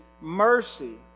mercy